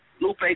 Lupe